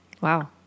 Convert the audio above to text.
Wow